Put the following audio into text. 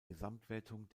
gesamtwertung